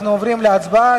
אנחנו עוברים להצבעה.